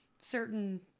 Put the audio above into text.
certain